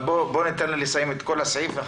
אבל בואו ניתן לה לסיים את כל הסעיף.